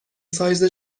سایز